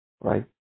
right